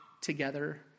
together